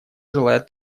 желает